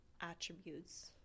attributes